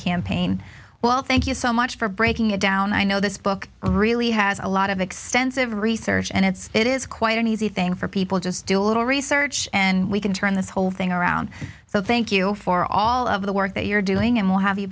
campaign well thank you so much for breaking it down i know this book really has a lot of extensive research and it's it is quite an easy thing for people just do a little research and we can turn this whole thing around so thank you for all of the work that you're doing and we'll have you